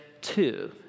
two